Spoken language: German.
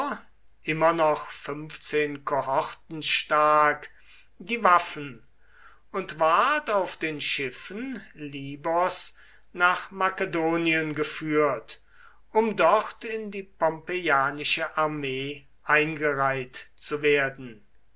immer noch fünfzehn kohorten stark die waffen und ward auf den schiffen libos nach makedonien geführt um dort in die pompeianische armee eingereiht zu werden